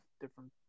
different